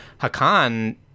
Hakan